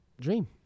dream